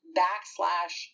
backslash